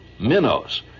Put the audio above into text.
minnows